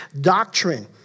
doctrine